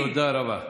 תודה רבה.